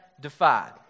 defied